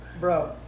Bro